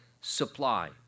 supply